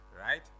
Right